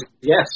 yes